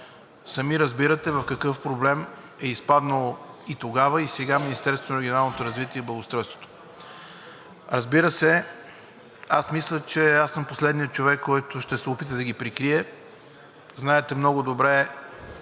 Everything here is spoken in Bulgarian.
Сами разбирате в какъв проблем е изпаднало и тогава, и сега Министерството на регионалното развитие и благоустройството. Разбира се, аз съм последният човек, който ще се опита да ги прикрие. Знаете много добре,